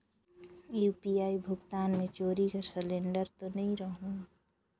UPI भुगतान मे चोरी कर सिलिंडर तो नइ रहु?